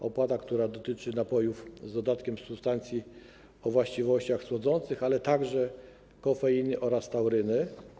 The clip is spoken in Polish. To opłata, która dotyczy napojów z dodatkiem substancji o właściwościach słodzących, ale także kofeiny oraz tauryny.